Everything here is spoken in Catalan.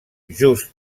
just